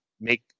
make